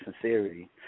sincerity